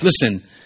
Listen